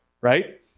right